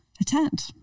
attend